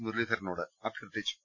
മുരളീധരനോട് അഭ്യർത്ഥിച്ചു